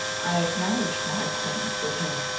i acknowledged my acquaintance with him.